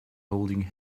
holding